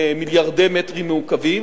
מיליארדי מטרים מעוקבים,